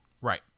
Right